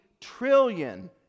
trillion